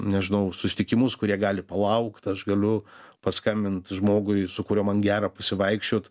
nežinau susitikimus kurie gali palaukt aš galiu paskambint žmogui su kuriuo man gera pasivaikščiot